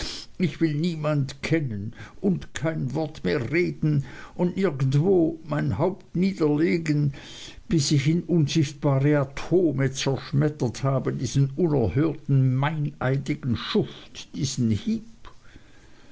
ich will niemand kennen und kein wort mehr reden und nirgendwo mein haupt niederlegen bis ich in unsichtbare atome zerschmettert habe diesen unerhörten meineidigen schuft diesen heep